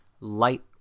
light